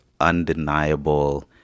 undeniable